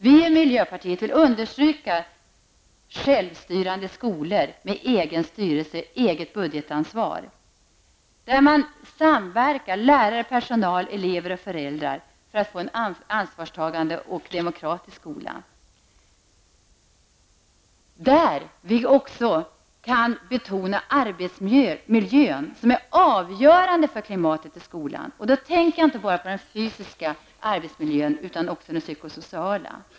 Vi i miljöpartiet vill understryka kravet på självstyrande skolor med egen styrelse och eget budgetansvar, där lärare, personal, elever och föräldrar samverkar för att få en ansvarstagande och demokratisk skola. Vi vill också betona arbetsmiljön, den är avgörande för klimatet i skolan. Då tänker då jag inte bara på den fysiska arbetsmiljön utan också på den psykosociala.